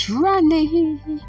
running